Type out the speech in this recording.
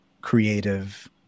creative